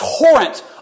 torrent